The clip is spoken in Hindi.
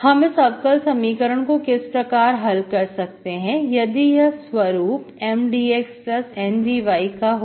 हम इस अवकल समीकरण को किस प्रकार हल कर सकते हैं यदि यह स्वरूप का M dxN dyहो